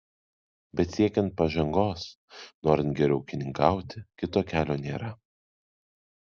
bet siekiant pažangos norint geriau ūkininkauti kito kelio nėra